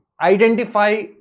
Identify